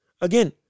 Again